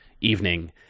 evening